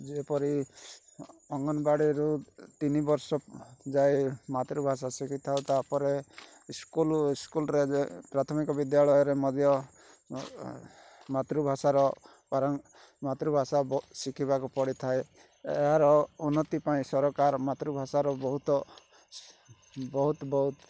ଯେପରି ଅଙ୍ଗନବାଡ଼ିରୁ ତିନିବର୍ଷ ଯାଏ ମାତୃଭାଷା ଶିଖିଥାଉ ତାପରେ ସ୍କୁଲ୍ ସ୍କୁଲ୍ରେ ଯେ ପ୍ରାଥମିକ ବିଦ୍ୟାଳୟରେ ମଧ୍ୟ ମାତୃଭାଷାର ମାତୃଭାଷା ଶିଖିବାକୁ ପଡ଼ିଥାଏ ଏହାର ଉନ୍ନତି ପାଇଁ ସରକାର ମାତୃଭାଷାର ବହୁତ ବହୁତ୍ ବହୁତ୍